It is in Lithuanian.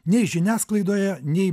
nei žiniasklaidoje nei